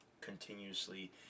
continuously